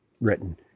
written